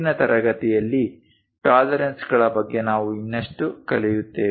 ಮುಂದಿನ ತರಗತಿಯಲ್ಲಿ ಟಾಲರೆನ್ಸ್ಗಳ ಬಗ್ಗೆ ನಾವು ಇನ್ನಷ್ಟು ಕಲಿಯುತ್ತೇವೆ